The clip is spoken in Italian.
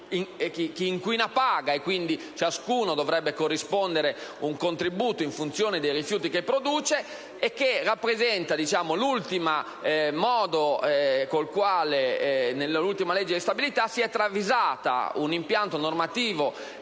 base alla quale quindi ciascuno dovrebbe corrispondere un contributo in funzione dei rifiuti che produce. Questo rappresenta il modo in cui nell'ultima legge di stabilità si è travisato un impianto normativo